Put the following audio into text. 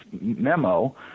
memo